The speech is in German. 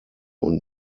und